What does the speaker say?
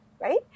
right